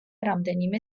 რამდენიმე